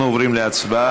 אנחנו עוברים להצבעה.